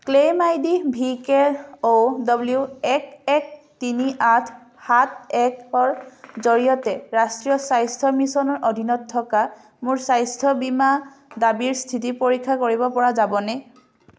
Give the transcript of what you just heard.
claim I D V K O W এক এক তিনি আঠ সাত একৰ জৰিয়তে ৰাষ্ট্ৰীয় স্বাস্থ্য মিছনৰ অধীনত থকা মোৰ স্বাস্থ্য বীমা দাবীৰ স্থিতি পৰীক্ষা কৰিব পৰা যাবনে